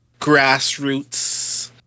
grassroots